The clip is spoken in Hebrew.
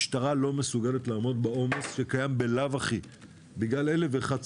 המשטרה לא מסוגלת לעמוד בעומס שקיים בלאו הכי בגלל 1,001 סיבות,